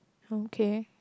okay